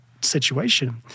situation